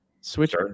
Switch